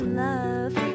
love